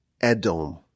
Edom